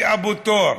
חאי אבו תור,